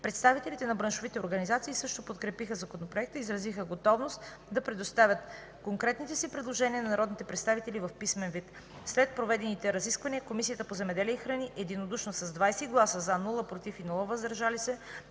Представителите на браншовите организации също подкрепиха законопроекта и изразиха готовност да предоставят конкретните си предложения на народните представители в писмен вид. След проведените разисквания Комисията по земеделието и храните единодушно с 20 гласа „за”, без „против” и „въздържали се”